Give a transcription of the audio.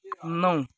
नौ